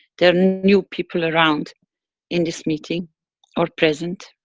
there're new people around in this meeting or present.